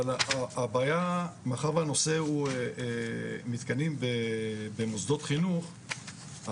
אבל הבעיה מאחר והנושא הוא מתקנים במוסדות חינוך,